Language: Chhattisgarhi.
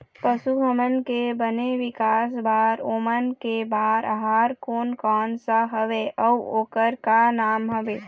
पशु हमन के बने विकास बार ओमन के बार आहार कोन कौन सा हवे अऊ ओकर का नाम हवे?